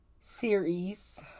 Series